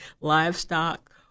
livestock